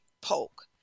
Polk